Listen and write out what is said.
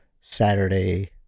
Saturday